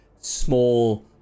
small